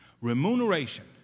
remuneration